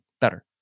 Better